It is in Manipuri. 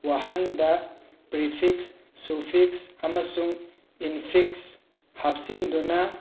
ꯋꯥꯍꯪꯗ ꯄꯔꯤꯐꯤꯛꯁ ꯁꯨꯐꯤꯛꯁ ꯑꯃꯁꯨꯡ ꯏꯟꯐꯤꯛꯁ ꯍꯥꯞꯆꯤꯟꯗꯨꯅ